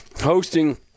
hosting